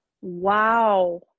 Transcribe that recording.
Wow